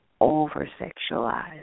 over-sexualized